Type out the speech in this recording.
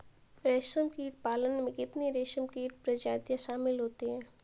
रेशमकीट पालन में कितनी रेशमकीट प्रजातियां शामिल होती हैं?